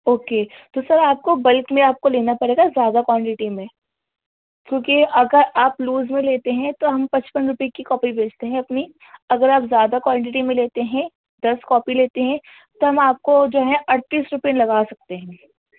okay تو sir آپ کو بلک میں آپ کو لینا پڑے گا زیادہ کوانٹٹی میں کیوںکہ اگر آپ لوز میں لیتے ہیں تو ہم پچپن روپے کی کاپی بیچتے ہیں اپنی اگر آپ زیادہ کوانٹٹی میں لیتے ہیں دس کاپی لیتے ہیں تو ہم آپ کو جو ہے اڑتیس روپیے لگا سکتے ہیں